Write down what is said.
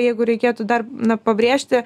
jeigu reikėtų dar na pabrėžti